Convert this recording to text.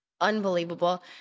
unbelievable